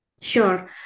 Sure